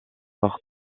par